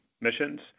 missions